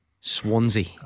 Swansea